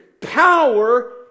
Power